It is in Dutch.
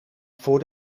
voor